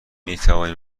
میتوانیم